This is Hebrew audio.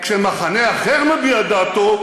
כשמחנה אחר מביע דעתו,